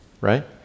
right